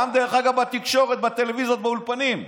וגם בתקשורת, בטלוויזיות, באולפנים.